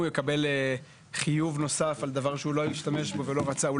הוא יקבל חיוב נוסף על דבר שהוא לא השתמש בו ולא רצה אותו,